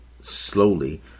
slowly